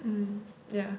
um yeah